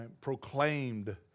proclaimed